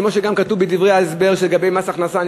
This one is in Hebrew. כמו שגם כתוב בדברי ההסבר לגבי מס הכנסה,